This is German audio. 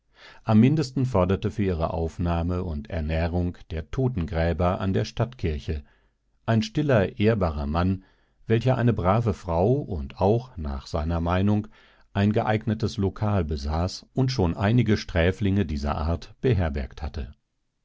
am mindesten forderte für ihre aufnahme und ernährung der totengräber an der stadtkirche ein stiller ehrbarer mann welcher eine brave frau und auch nach seiner meinung ein geeignetes lokal besaß und schon einige sträflinge dieser art beherbergt hatte